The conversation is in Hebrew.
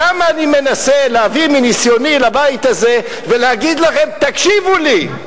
כמה אני מנסה להביא מניסיוני לבית הזה ולהגיד לכם: תקשיבו לי.